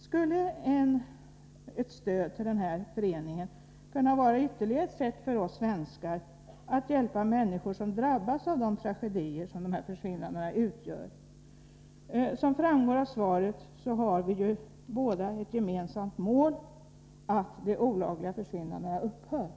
Skulle ett stöd till denna förening kunna vara ytterligare ett sätt för oss svenskar att hjälpa människor som drabbas av de tragedier som dessa försvinnanden utgör? Som framgår av svaret har vi båda ett gemensamt mål — att de olagliga försvinnandena skall upphöra.